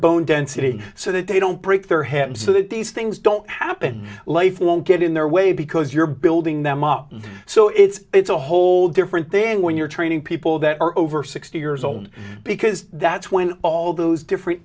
bone density so that they don't break their head so that these things don't happen life won't get in their way because you're building them up so it's a whole different thing when you're training people that are over sixty years old because that's when all those different